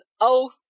oath